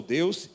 Deus